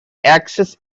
access